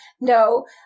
No